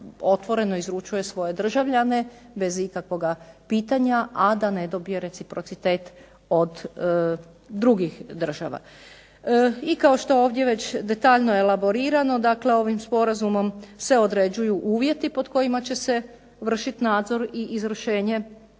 otvoreno izručuje svoje državljane bez ikakvoga pitanja, a da ne dobije reciprocitet od drugih država. I kao što je ovdje već detaljno elaborirano, dakle ovim sporazumom se određuju uvjeti pod kojima će se vršiti nadzor i izvršenje